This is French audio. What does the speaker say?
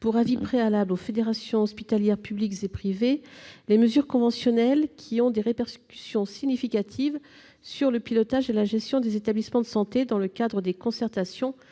pour avis préalable aux fédérations hospitalières publiques et privées les mesures conventionnelles qui ont des répercussions significatives sur le pilotage et la gestion des établissements de santé, dans le cadre des concertations précédant le